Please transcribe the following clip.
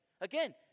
Again